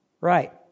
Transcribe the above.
Right